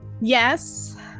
yes